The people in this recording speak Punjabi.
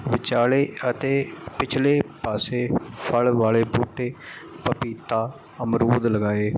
ਵਿਚਾਲੇ ਅਤੇ ਪਿਛਲੇ ਪਾਸੇ ਫ਼ਲ ਵਾਲੇ ਬੂਟੇ ਪਪੀਤਾ ਅਮਰੂਦ ਲਗਾਏ